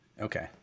Okay